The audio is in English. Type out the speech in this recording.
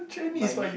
my ni~